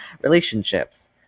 relationships